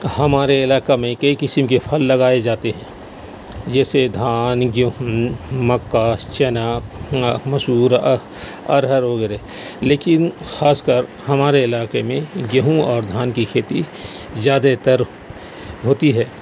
ہمارے علاقہ میں کئی قسم کے پھل لگائے جاتے ہیں جیسے دھان گیہوں مکا چنا مسور ارہر وغیرہ لیکن خاص کر ہمارے علاقے میں گیہوں اور دھان کی کھیتی زیادہ تر ہوتی ہے